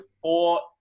four